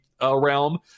realm